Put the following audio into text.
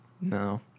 No